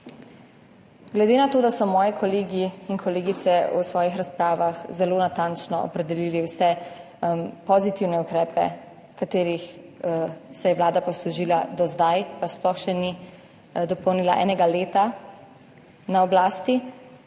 Glede na to, da so moji kolegi in kolegice v svojih razpravah zelo natančno opredelili vse pozitivne ukrepe, katerih se je Vlada poslužila do zdaj, pa sploh še ni dopolnila enega leta na oblasti,